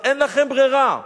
אז אין לכם ברירה.